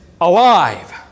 alive